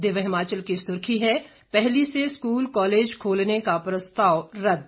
दिव्य हिमाचल की सुर्खी है पहली से स्कूल कालेज खोलने का प्रस्ताव रदद